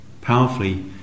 powerfully